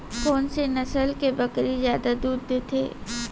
कोन से नस्ल के बकरी जादा दूध देथे